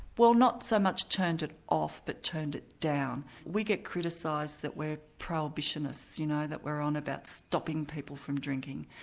well not so much turned it off, but turned it down. we get criticised that we're prohibitionists you know that we're on about stopping people from drinking.